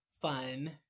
fun